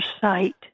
sight